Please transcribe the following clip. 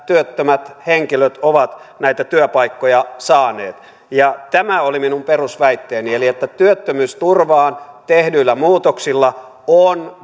työttömät henkilöt ovat näitä työpaikkoja saaneet tämä oli minun perusväitteeni työttömyysturvaan tehdyillä muutoksilla on